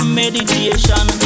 meditation